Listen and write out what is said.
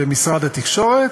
במשרד התקשורת,